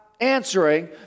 answering